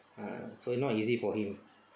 err so not easy for him